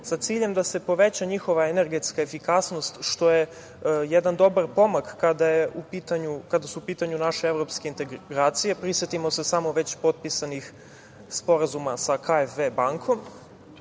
sa ciljem da se poveća njihova energetska efikasnost, što je jedan dobar pomak kada su u pitanju naše evropske integracije. Prisetimo se samo već potpisanih sporazuma sa "KfW